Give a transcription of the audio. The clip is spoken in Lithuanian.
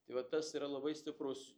tai va tas yra labai stiprus